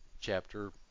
chapter